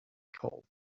called